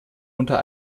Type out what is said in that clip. unter